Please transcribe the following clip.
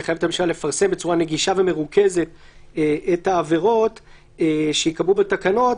שמחייב את הממשלה לפרסם בצורה נגישה ומרוכזת את העבירות שייקבעו בתקנות.